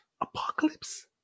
Apocalypse